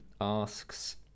asks